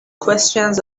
questions